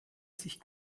sich